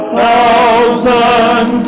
thousand